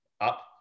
up